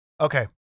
Okay